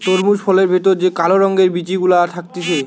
তরমুজ ফলের ভেতর যে কালো রঙের বিচি গুলা থাকতিছে